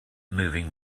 moving